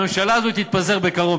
הממשלה הזאת תתפזר בקרוב,